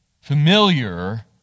familiar